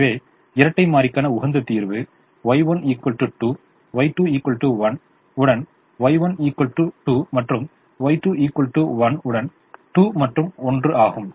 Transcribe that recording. எனவே இரட்டை மாறிக்கான உகந்த தீர்வு Y1 2 Y2 1 உடன் Y1 2 மற்றும் Y2 1 உடன் 2 மற்றும் 1 ஆகும்